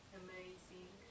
amazing